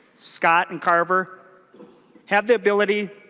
scott and carver have the ability